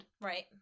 Right